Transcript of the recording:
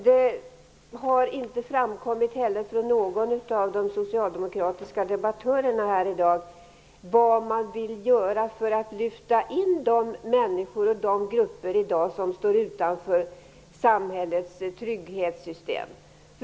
Det har inte heller framkommit från någon av de socialdemokratiska debattörerna här i dag vad man vill göra för att lyfta in de människor och grupper som i dag står utanför samhällets trygghetssystem.